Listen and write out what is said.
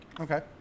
Okay